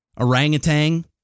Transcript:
orangutan